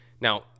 Now